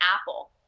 apple